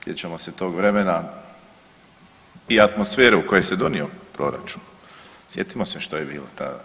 Sjećamo se tog vremena i atmosfere u kojem se donio proračun, sjetimo se što je bilo tada.